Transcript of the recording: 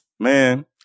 Man